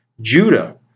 Judah